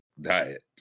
diet